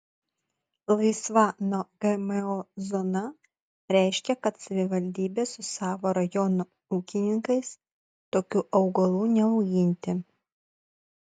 laisva nuo gmo zona reiškia kad savivaldybė su savo rajono ūkininkais tokių augalų neauginti